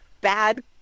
bad